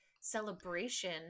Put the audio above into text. celebration